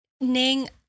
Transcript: Ning